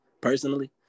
personally